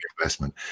investment